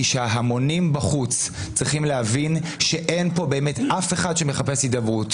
שההמונים בחוץ צריכים להבין שאין כאן אף אחד שמחפש הידברות